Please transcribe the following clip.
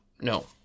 no